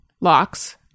locks